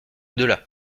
delà